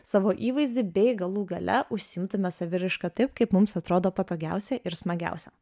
savo įvaizdį bei galų gale užsiimtume saviraiška taip kaip mums atrodo patogiausia ir smagiausia